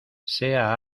sea